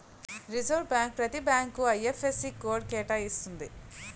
reserve bank ప్రతి బ్యాంకుకు IFSC code కేటాయిస్తుంది